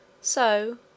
So